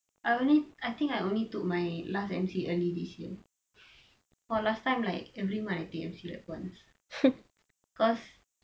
I only I think I only took my last M_C early this year !wah! last time like every month I take M_C like once cause